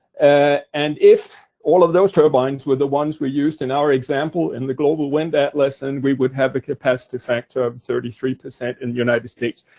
and if all of those turbines were the ones we used in our example in the global wind atlas, then and we would have a capacity factor of thirty three percent in the united states.